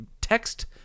text